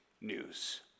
news